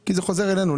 כי זה חוזר אלינו,